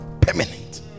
Permanent